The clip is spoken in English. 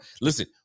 Listen